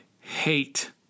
hate